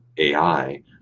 AI